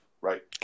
Right